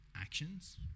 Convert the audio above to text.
actions